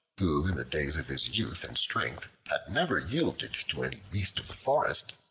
who in the days of his youth and strength had never yielded to any beast of the forest,